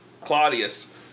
Claudius